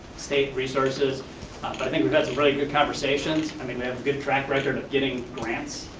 state resources, but i think we've got some really good conversations. i mean we have a good track record of giving grants,